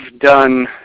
done